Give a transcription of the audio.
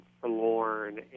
forlorn